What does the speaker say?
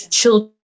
children